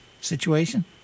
situation